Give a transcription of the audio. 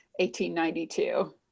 1892